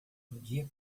dia